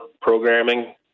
programming